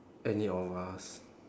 any of us